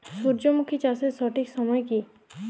সূর্যমুখী চাষের সঠিক সময় কি?